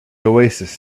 oasis